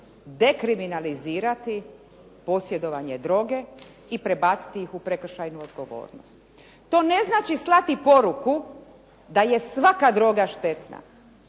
dekriminalizirati posjedovanje droge i prebaciti ih u prekršajnu odgovornost. To ne znači slati poruku da je svaka droga štetna,